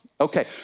Okay